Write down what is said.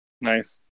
Nice